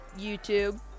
YouTube